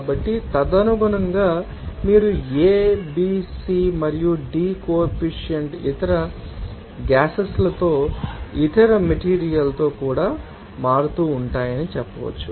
కాబట్టి తదనుగుణంగా మీరు ఈ a b c మరియు d కో ఎఫిషియాంట్ ఇతర గ్యాసెస్లతో ఇతర మెటీరియల్ తో కూడా మారుతూ ఉంటారని చెప్పవచ్చు